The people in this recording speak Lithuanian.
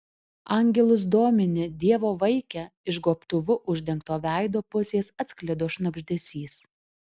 angelus domini dievo vaike iš gobtuvu uždengto veido pusės atsklido šnabždesys